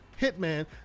hitman